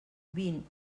vint